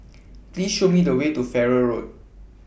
Please Show Me The Way to Farrer Road